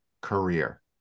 career